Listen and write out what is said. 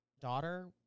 daughter